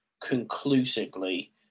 conclusively